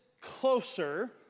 closer